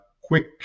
quick